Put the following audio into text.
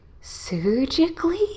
surgically